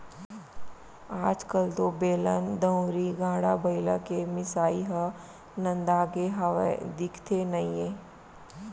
आज कल तो बेलन, दउंरी, गाड़ा बइला के मिसाई ह नंदागे हावय, दिखते नइये